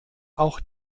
auch